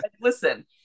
listen